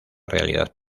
realidad